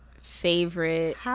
favorite